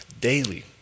daily